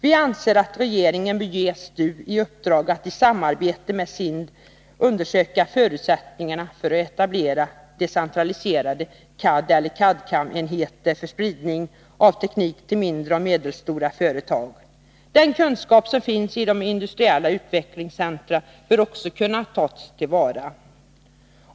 Vi anser att regeringen bör ge STU i uppdrag att i samarbete med SIND undersöka förutsättningarna för att man skall kunna etablera decentraliserade CAD eller CAD/CAM-enheter för spridning av tekniken till mindre och medelstora företag. Den kunskap som finns i de industriella utvecklingscentra bör också kunna tas till vara.